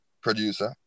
producer